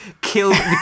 killed